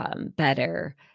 better